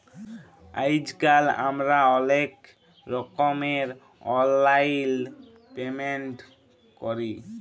আইজকাল আমরা অলেক রকমের অললাইল পেমেল্ট ক্যরি